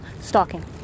stalking